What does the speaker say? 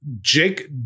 Jake